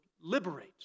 liberate